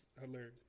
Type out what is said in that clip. hilarious